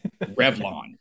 Revlon